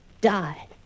Die